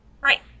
Right